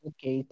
Okay